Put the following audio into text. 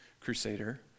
crusader